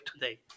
today